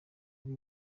ari